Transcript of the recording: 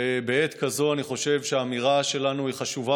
ובעת כזו אני חושב שהאמירה שלנו היא חשובה